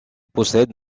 possède